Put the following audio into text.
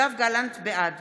גלנט, בעד